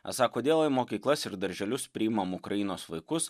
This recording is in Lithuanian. esą kodėl į mokyklas ir darželius priimam ukrainos vaikus